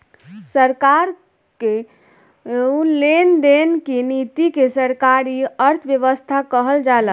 सरकार कअ लेन देन की नीति के सरकारी अर्थव्यवस्था कहल जाला